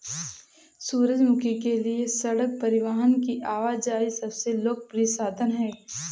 सूरजमुखी के लिए सड़क परिवहन की आवाजाही सबसे लोकप्रिय साधन है